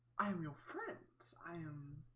i am your friend i am